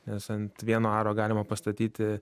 nes ant vieno aro galima pastatyti